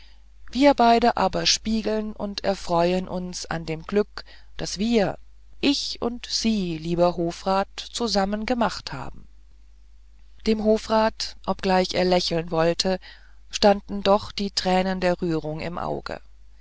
wir beide aber spiegeln und erfreuen uns an dem glück das wir ich und sie lieber hofrat zusammen gemacht haben dem hofrat obgleich er lächeln wollte stand doch eine träne der rührung im auge